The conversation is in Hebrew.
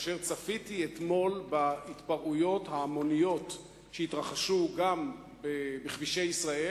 כאשר צפיתי אתמול בהתפרעויות ההמוניות שהתרחשו בכבישי ישראל,